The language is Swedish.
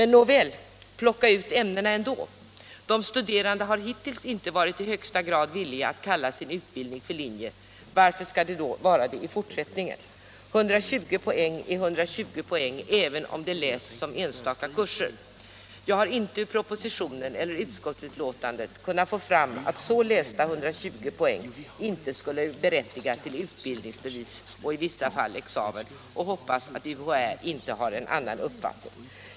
Nåväl, plocka ut ämnena ändå! De studerande har hittills varit i högsta grad ovilliga att kalla sin utbildning linje — men varför skall de vara det i fortsättningen? 120 poäng är 120 poäng, även om de lästs in på enstaka kurser. Jag har inte ur propositionen eller utskottsbetänkandet kunnat få fram att så lästa 120 poäng inte skulle berättiga till utbildningsbevis och i vissa fall examen, och jag hoppas att UHÄ inte har en annan uppfattning.